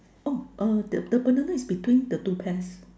oh uh the banana is between the two pairs